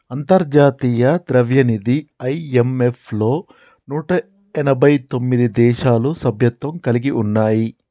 అంతర్జాతీయ ద్రవ్యనిధి ఐ.ఎం.ఎఫ్ లో నూట ఎనభై తొమ్మిది దేశాలు సభ్యత్వం కలిగి ఉన్నాయి